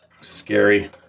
Scary